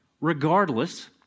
Regardless